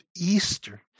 Easter